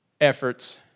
Efforts